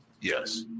yes